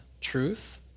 truth